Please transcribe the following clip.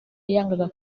yangaga